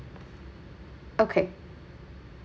okay